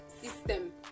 system